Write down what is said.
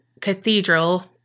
cathedral